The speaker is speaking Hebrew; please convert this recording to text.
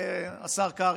השר קרעי?